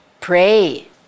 pray